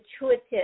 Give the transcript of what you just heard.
intuitive